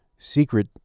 secret